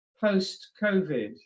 post-Covid